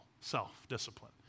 self-discipline